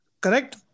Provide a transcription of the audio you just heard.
Correct